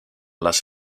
las